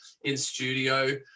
in-studio